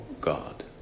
God